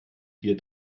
vier